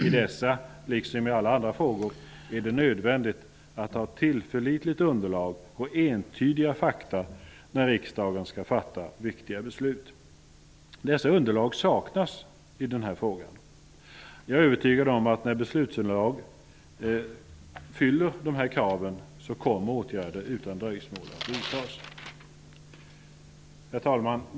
I dessa liksom i alla andra frågor är det nödvändigt att ha tillförlitligt underlag och entydiga fakta när riksdagen skall fatta viktiga beslut. Dessa underlag saknas i den här frågan. Jag är övertygad om att när beslutsunderlaget fyller dessa krav kommer åtgärder utan dröjsmål att vidtas.